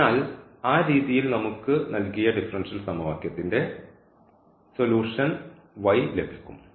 അതിനാൽ ആ രീതിയിൽ നമുക്ക് നൽകിയ ഡിഫറൻഷ്യൽ സമവാക്യത്തിന്റെ സൊലൂഷൻ ലഭിക്കും